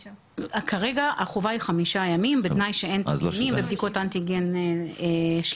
כרגע החובה היא חמישה ימים בתנאי שאין תסמינים ובדיקות אנטיגן שליליות.